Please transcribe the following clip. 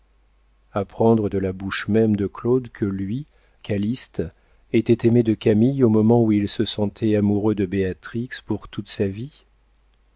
pierre apprendre de la bouche même de claude que lui calyste était aimé de camille au moment où il se sentait amoureux de béatrix pour toute sa vie